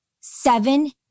Seven